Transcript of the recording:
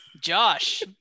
Josh